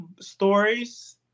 stories